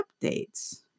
updates